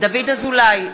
דוד אזולאי,